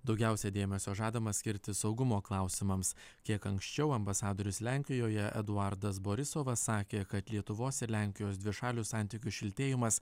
daugiausia dėmesio žadama skirti saugumo klausimams kiek anksčiau ambasadorius lenkijoje eduardas borisovas sakė kad lietuvos ir lenkijos dvišalių santykių šiltėjimas